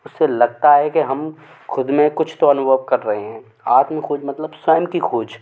उससे लगता है कि हम ख़ुद में कुछ तो अनुभव कर रहे हैं आत्मखोज मतलब स्वयं की खोज